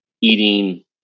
eating